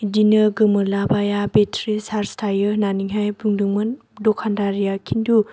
बिदिनो गोमोरलाबाया बेटारि सार्ज थायो होननानैहाय बुंदोंमोन दखानदारा खिन्थु